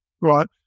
Right